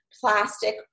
plastic